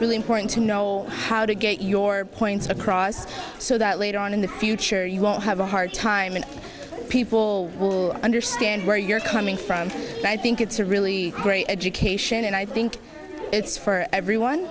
really important to know how to get your point across so that later on in the future you won't have a hard time and people will understand where you're coming from but i think it's a really great education and i think it's for everyone